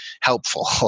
helpful